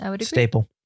staple